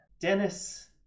Dennis